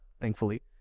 thankfully